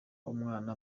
umwana